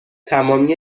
تمامی